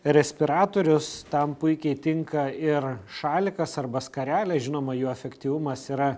respiratorius tam puikiai tinka ir šalikas arba skarelė žinoma jų efektyvumas yra